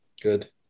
Good